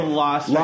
lost